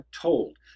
told